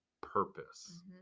purpose